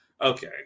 okay